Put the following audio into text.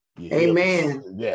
Amen